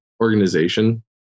organization